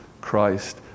Christ